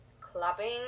clubbing